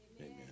Amen